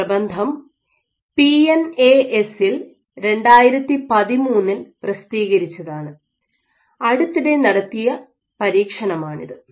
ഈ പ്രബന്ധം P N A S ൽ 2013 ൽ പ്രസിദ്ധീകരിച്ചതാണ് അടുത്തിടെ നടത്തിയ പരീക്ഷണമാണിത്